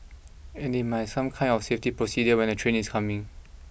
and they might some kind of safety procedure when a train is coming